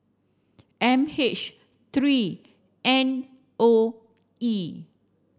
M H three N O E